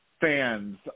fans